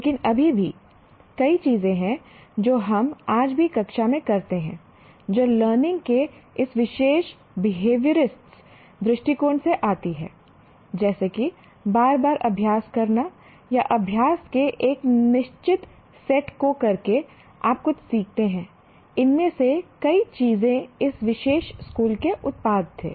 लेकिन अभी भी कई चीजें हैं जो हम आज भी कक्षा में करते हैं जो लर्निंग के इस विशेष बिहेवियरिस्ट दृष्टिकोण से आती हैं जैसे कि बार बार अभ्यास करना या अभ्यास के एक निश्चित सेट को करके आप कुछ सीखते हैं इनमें से कई चीजें इस विशेष स्कूल के उत्पाद थे